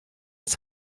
its